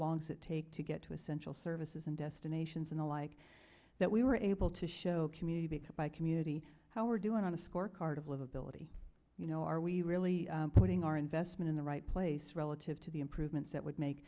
does it take to get to essential services and destinations and the like that we were able to show community because by community how we're doing on a scorecard of livability you know are we really putting our investment in the right place relative to the improvements that would make